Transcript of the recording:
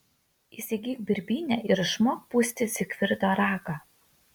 įsigyk birbynę ir išmok pūsti zigfrido ragą